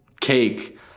cake